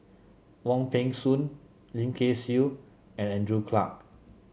Wong Peng Soon Lim Kay Siu and Andrew Clarke